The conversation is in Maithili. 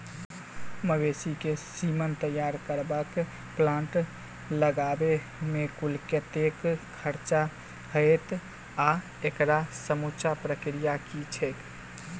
मवेसी केँ सीमन तैयार करबाक प्लांट लगाबै मे कुल कतेक खर्चा हएत आ एकड़ समूचा प्रक्रिया की छैक?